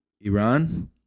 Iran